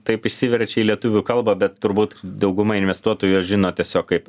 taip išsiverčia į lietuvių kalbą bet turbūt dauguma investuotojų juos žino tiesiog kaip